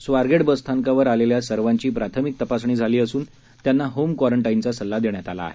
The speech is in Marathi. स्वारगेट बसस्थानकावर आलेल्या सर्वांची प्राथमिक तपासणी झाली असून त्यांना होम क्वारंटाईनघा सल्ला देण्यात आला आहे